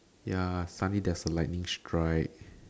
ya funny there's a lightning strike